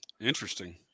Interesting